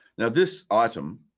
now this item,